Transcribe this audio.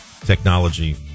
Technology